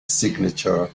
signature